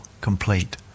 complete